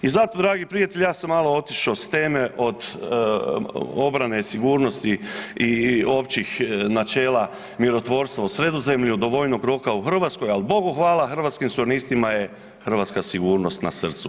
I zato dragi prijatelji, ja sam malo otišao s teme od obrane, sigurnosti i općih načela mirotvorstva u Sredozemlju do vojnog roka u Hrvatskoj, ali bogu hvala Hrvatskim suverenistima je hrvatska sigurnost na srcu.